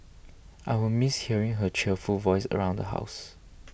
I will miss hearing her cheerful voice around the house